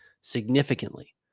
significantly